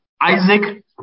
Isaac